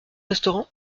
restaurant